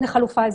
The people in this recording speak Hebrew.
לחלופה האזרחית.